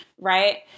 right